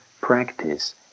practice